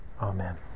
amen